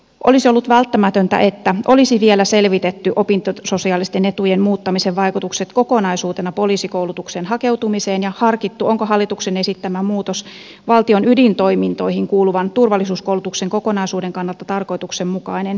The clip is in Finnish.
olisi ollut välttämätöntä että olisi vielä selvitetty opintososiaalisten etujen muuttamisen vaikutukset kokonaisuutena poliisikoulutukseen hakeutumiseen ja harkittu onko hallituksen esittämä muutos valtion ydintoimintoihin kuuluvan turvallisuuskoulutuksen kokonaisuuden kannalta tarkoituksenmukainen